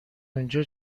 اونجا